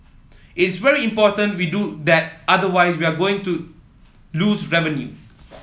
it's very important we do that otherwise we are going to lose revenue